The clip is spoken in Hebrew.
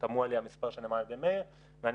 תמוה לי המספר שנאמר על ידי מאיר ואני